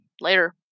later